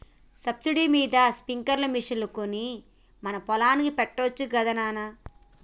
subsidy మీద sprinkler machine కొని మన పొలానికి పెట్టొచ్చు గదా నాన